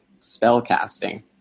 spellcasting